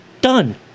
done